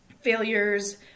failures